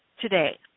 today